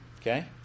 Okay